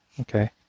Okay